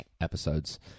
episodes